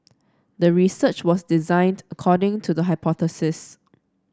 the research was designed according to the hypothesis